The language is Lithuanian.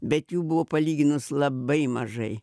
bet jų buvo palyginus labai mažai